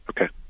Okay